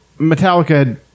Metallica